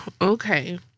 Okay